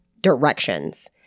directions